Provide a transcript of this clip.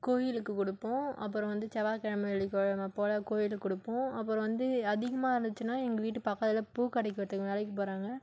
கோயிலுக்கு கொடுப்போம் அப்புறம் வந்து செவ்வாய் கிழம வெள்ளி கிழம போல் கோயிலுக்கு கொடுப்போம் அப்புறம் வந்து அதிகமாக இருந்துச்சுனா எங்கள் வீட்டு பக்கத்தில் பூ கடைக்கு ஒருத்தவங்க வேலைக்கு போகிறாங்க